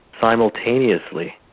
simultaneously